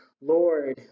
Lord